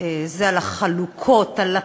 על החלוקות, על הפיצולים,